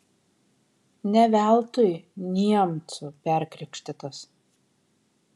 ne veltui niemcu perkrikštytas